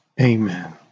Amen